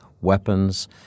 weapons